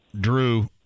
Drew